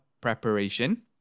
preparation